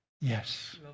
Yes